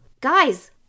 Guys